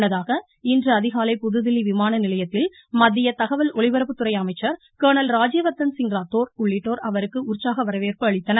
முன்னதாக இன்று அதிகாலை புதுதில்லி விமானநிலையத்தில் மத்திய ஒலிபரப்புத்துறை தகவல் அமைச்சர் கர்ணல் ராஜ்யவர்தன்சிங் ராத்தோர் உள்ளிட்டோர் அவருக்கு உற்சாக வரவேற்பு அளித்தனர்